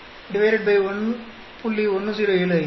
89 1